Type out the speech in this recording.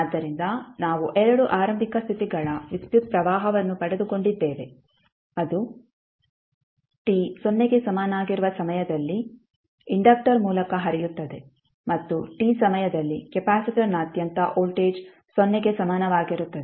ಆದ್ದರಿಂದ ನಾವು 2 ಆರಂಭಿಕ ಸ್ಥಿತಿಗಳ ವಿದ್ಯುತ್ ಪ್ರವಾಹವನ್ನು ಪಡೆದುಕೊಂಡಿದ್ದೇವೆ ಅದು t ಸೊನ್ನೆಗೆ ಸಮನಾಗಿರುವ ಸಮಯದಲ್ಲಿ ಇಂಡಕ್ಟರ್ ಮೂಲಕ ಹರಿಯುತ್ತದೆ ಮತ್ತು t ಸಮಯದಲ್ಲಿ ಕೆಪಾಸಿಟರ್ನಾದ್ಯಂತ ವೋಲ್ಟೇಜ್ ಸೊನ್ನೆಗೆ ಸಮಾನವಾಗಿರುತ್ತದೆ